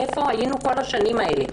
איפה היינו במשך כל השנים האלה?